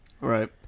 Right